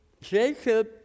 Jacob